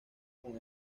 con